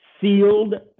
sealed